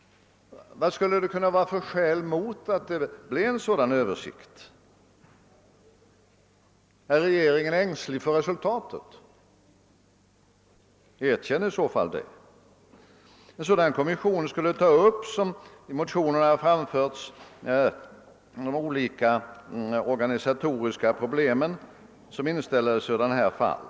Vad skulle det kunna finnas för skäl mot en sådan översikt? Är regeringen ängslig för resultatet? Erkänn i så fall det! En sådan kommission skulle — som har föreslagits i motionerna — ta upp de olika organisatoriska problem som inställer sig i sådana här fall.